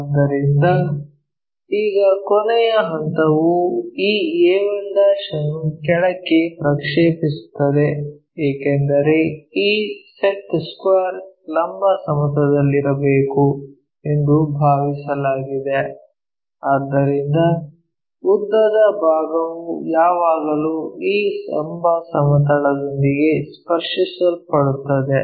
ಆದ್ದರಿಂದ ಈಗ ಕೊನೆಯ ಹಂತವು ಈ a1 ಅನ್ನು ಕೆಳಕ್ಕೆ ಪ್ರಕ್ಷೇಪಿಸುತ್ತದೆ ಏಕೆಂದರೆ ಈ ಸೆಟ್ ಸ್ಕ್ವೇರ್ ಲಂಬ ಸಮತಲದಲ್ಲಿರಬೇಕು ಎಂದು ಭಾವಿಸಲಾಗಿದೆ ಆದ್ದರಿಂದ ಉದ್ದದ ಭಾಗವು ಯಾವಾಗಲೂ ಈ ಲಂಬ ಸಮತಲದೊಂದಿಗೆ ಸ್ಪರ್ಶಿಸಲ್ಪಡುತ್ತದೆ